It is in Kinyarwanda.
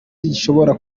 gishobora